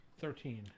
Thirteen